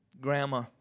grandma